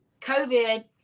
COVID